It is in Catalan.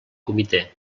comitè